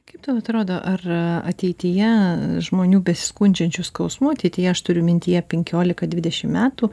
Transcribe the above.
kaip tau atrodo ar ateityje žmonių besiskundžiančių skausmu ateityje aš turiu mintyje penkiolika dvidešim metų